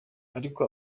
ariko